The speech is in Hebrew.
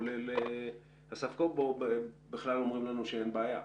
כולל אסף קובו, בכלל אומרים לנו שאין בעיה.